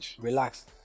Relax